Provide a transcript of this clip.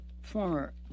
former